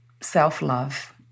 self-love